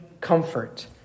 comfort